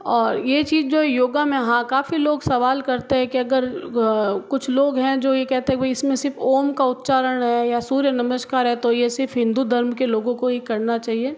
और ये चीज़ जो योगा में हाँ काफी लोग सवाल करते हैं के अगर कुछ लोग हैं जो यह कहते हैं कि भाई इसमें सिर्फ ओम का उच्चारण है या सूर्य नमस्कार है तो ये सिर्फ हिंदू धर्म के लोगों को ही करना चहिए